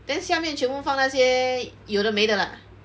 then 下面放那些有的没的 lah